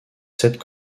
sept